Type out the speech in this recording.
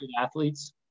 athletes